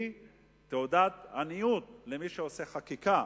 הוא תעודת עניות למי שעושה חקיקה,